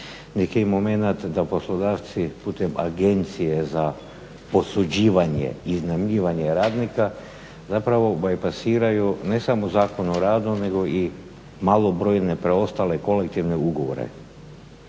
neki momenat da poslodavci putem Agencije za posuđivanje i iznajmljivanje radnika zapravo bajpasiraju ne samo Zakon o radu nego i malobrojne preostale kolektivne ugovore.